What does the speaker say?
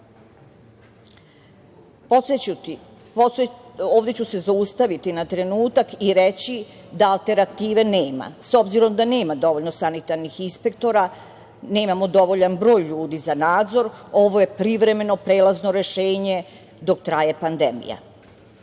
ću se zaustaviti na trenutak i reći da alternative nema. S obzirom da nema dovoljno sanitarnih inspektora, nemamo dovoljan broj ljudi za nadzor, ovo je privremeno, prelazno rešenje dok traje pandemija. Članom